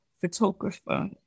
photographer